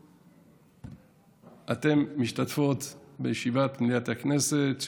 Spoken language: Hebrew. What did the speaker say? אתן משתתפות בישיבת מליאת הכנסת,